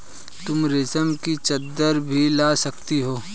तुम रेशम की चद्दर भी ला सकती हो